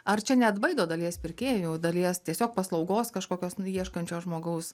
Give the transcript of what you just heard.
ar čia neatbaido dalies pirkėjų dalies tiesiog paslaugos kažkokios ieškančio žmogaus